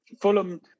Fulham